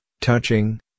touching